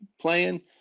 playing